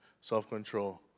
self-control